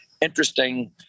interesting